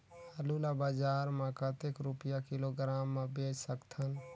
आलू ला बजार मां कतेक रुपिया किलोग्राम म बेच सकथन?